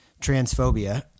transphobia